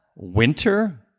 Winter